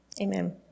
amen